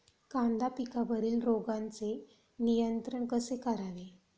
कांदा पिकावरील रोगांचे नियंत्रण कसे करावे?